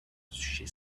she